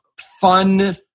fun